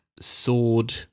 sword